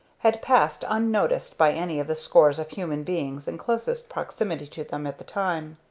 had passed unnoticed by any of the scores of human beings in closest proximity to them at the time.